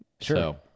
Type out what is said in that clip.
sure